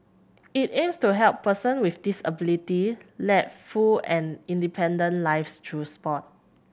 it aims to help person with disability led full and independent lives through sport